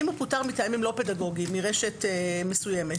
אם פוטר מטעמים לא פדגוגיים מרשת מסוימת?